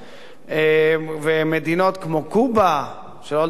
ומדינות כמו קובה, שלא לדבר על רוסיה,